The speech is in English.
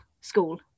school